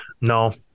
no